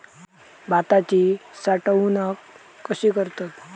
भाताची साठवूनक कशी करतत?